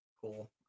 cool